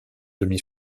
demi